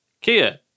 Kia